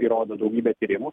įrodo daugybė tyrimų